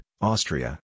Austria